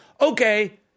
okay